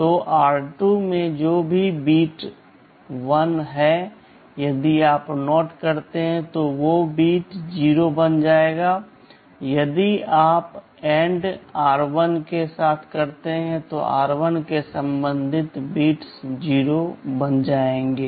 तो r2 में जो भी बिट 1 है यदि आप NOT करते हैं तो वे बिट 0 बन जाएंगे यदि आप AND r1 के साथ करते हैं तो r1 के संबंधित बिट्स 0 बन जाएंगे